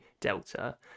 delta